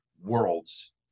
worlds